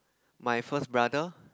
my first brother